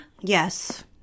Yes